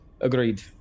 Agreed